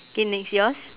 okay next yours